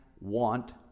want